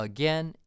Again